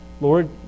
Lord